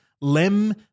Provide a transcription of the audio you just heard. Lem